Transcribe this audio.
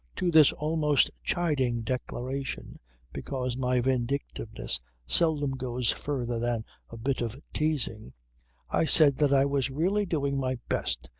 to this almost chiding declaration because my vindictiveness seldom goes further than a bit of teasing i said that i was really doing my best.